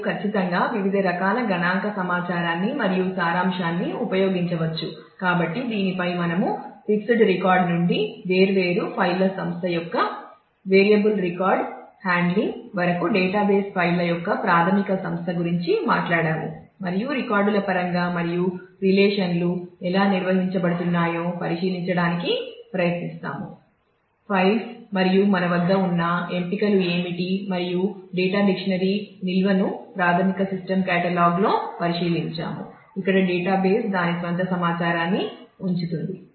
మీరు ఖచ్చితంగా వివిధ రకాల గణాంక సమాచారాన్ని మరియు సారాంశాన్ని ఉపయోగించవచ్చు కాబట్టి దీనిపై మనము ఫిక్స్డ్ రికార్డ్లో పరిశీలించాము ఇక్కడ డేటాబేస్ దాని స్వంత సమాచారాన్ని ఉంచుతుంది